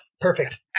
Perfect